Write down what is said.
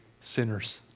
sinners